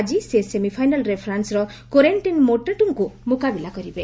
ଆଜି ସେ ସେମିଫାଇନାଲ୍ରେ ଫ୍ରାନ୍ନର କୋରେନ୍ଷ୍ଟିନ୍ ମୌଟେଟ୍ଙ୍କୁ ମୁକାବିଲା କରିବେ